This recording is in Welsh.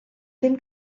ddim